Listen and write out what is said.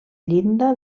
llinda